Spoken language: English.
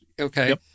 okay